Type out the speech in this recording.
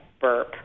Burp